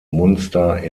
munster